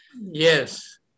Yes